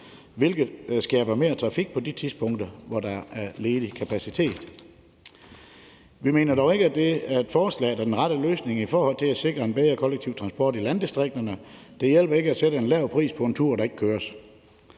hvilket skaber mere trafik på de tidspunkter, hvor der er ledig kapacitet. Vi mener ikke, at forslaget er den rette løsning i forhold til at sikre en bedre kollektiv transport i landdistrikterne. Det hjælper ikke at sætte en lav pris på en tur, der ikke køres.